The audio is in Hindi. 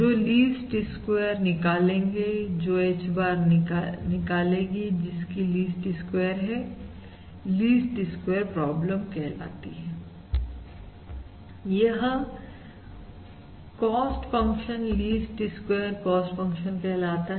जो लीस्ट स्क्वेयर निकालेगी जो H bar निकालेगी जिसकी लीस्ट स्क्वेयर है लीस्ट स्क्वेयर प्रॉब्लम कहलाती है यह cost function least square cost function कहलाता है